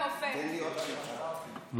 מפני עובדי המדינה הדיקטטורים שיושבים,